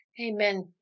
Amen